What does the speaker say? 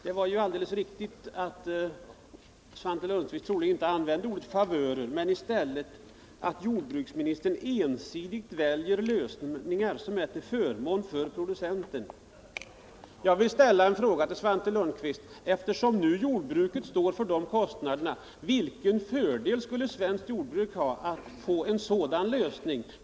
Det är riktigt att Svante Lundkvist inte använde ordet favörer, men han sade att jordbruksministern ensidigt väljer lösningar som är till förmån för producenterna. Jag vill ställa en fråga till Svante Lundkvist: Vilken fördel skulle jordbruket ha av en lösning som främjar överproduktion? — det är ju jordbruket som står för kostnaderna för överskottet.